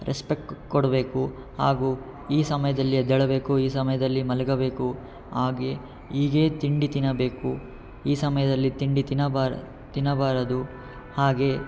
respect ಕೊಡಬೇಕು ಹಾಗು ಈ ಸಮಯದಲ್ಲಿ ಎದ್ದೇಳಬೇಕು ಈ ಸಮಯದಲ್ಲಿ ಮಲಗಬೇಕು ಹಾಗೆ ಹಾಗೇ ತಿಂಡಿ ತಿನ್ನಬೇಕು ಈ ಸಮಯದಲ್ಲಿ ತಿಂಡಿ ತಿನಬಾರ ತಿನ್ನಬಾರದು ಹಾಗೆ